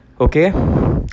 Okay